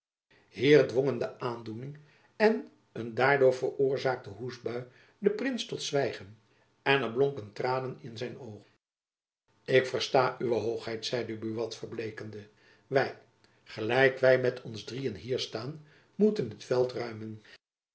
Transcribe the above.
dwongen de aandoening en een daardoor veroorzaakte hoestbui den prins tot zwijgen en er blonken tranen in zijn oog ik versta uwe hoogheid zeide buat verbleekende wy gelijk wy met ons drieën hier staan moeten het veld ruimen